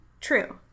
true